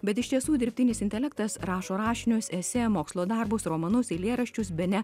bet iš tiesų dirbtinis intelektas rašo rašinius esė mokslo darbus romanus eilėraščius bene